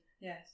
yes